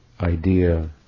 Idea